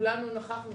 שכולנו היינו עדים לכך.